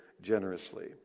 generously